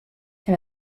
elle